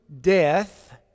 death